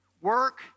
Work